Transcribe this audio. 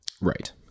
right